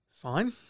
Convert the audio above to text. Fine